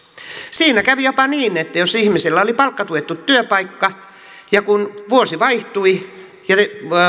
siinä kävi jopa niin että jos ihmisellä oli palkkatuettu työpaikka ja kun vuosi vaihtui ja